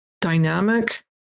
dynamic